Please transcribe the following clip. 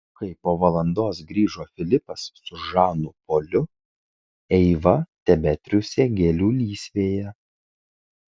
kai po valandos grįžo filipas su žanu poliu eiva tebetriūsė gėlių lysvėje